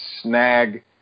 snag